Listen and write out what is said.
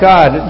God